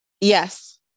Yes